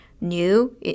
new